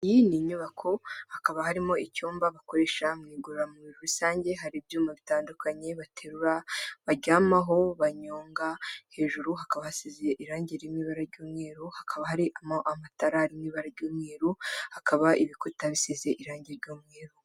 Iyi ni inyubako hakaba harimo icyumba bakoresha mu igororamubiri rusange, hari ibyuma bitandukanye baterura, baryamaho, banyonga, hejuru hakaba hasiye irangi riri mu iba ry'umweru hakaba harimo amatara ari mu ibara ry'umweruru hakaba ibikuta bisize irangi ry'umweru.